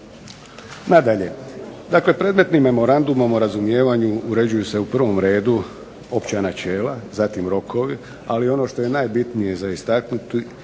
Nadalje, dakle predmetnim memorandumom o razumijevanju uređuju se u prvom redu opća načela, zatim rokovi, ali ono što je najbitnije za istaknuti